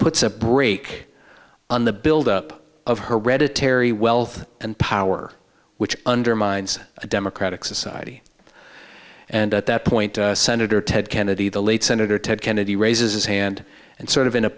puts a brake on the build up of hereditary wealth and power which undermines a democratic society and at that point senator ted kennedy the late senator ted kennedy raises his hand and sort of in a